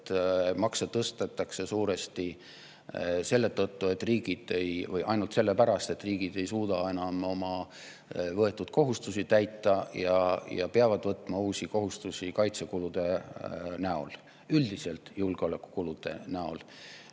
Makse tõstetakse suuresti ainult sellepärast, et riigid ei suuda enam oma võetud kohustusi täita ja peavad võtma uusi kohustusi kaitsekulude näol, üldiselt julgeolekukulude näol.